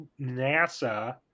NASA